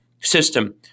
system